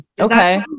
Okay